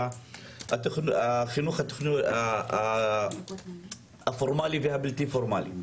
תוכניות החינוך הפורמלי והבלתי פורמלי.